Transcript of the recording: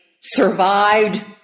survived